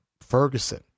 Ferguson